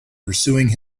pursuing